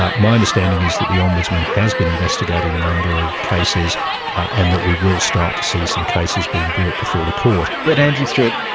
ah my understanding is that the ombudsman has been investigating a number of cases and that we will start to see some cases being brought before the court. but andrew stewart,